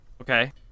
Okay